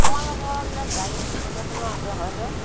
তোমালোকৰ বোলে গাড়ী কেইবাখনো আছে হয়নে